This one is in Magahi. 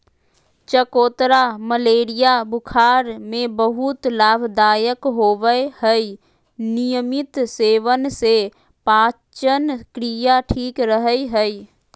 चकोतरा मलेरिया बुखार में बहुत लाभदायक होवय हई नियमित सेवन से पाचनक्रिया ठीक रहय हई